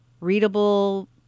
readable